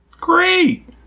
Great